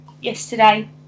yesterday